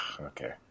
okay